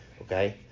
okay